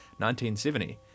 1970